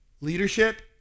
Leadership